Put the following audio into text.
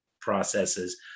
processes